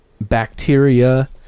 bacteria